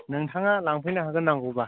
नोंथाङा लांफैनो हागोन नांगौब्ला